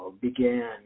began